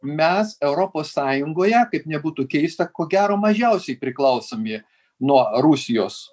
mes europos sąjungoje kaip nebūtų keista ko gero mažiausiai priklausomi nuo rusijos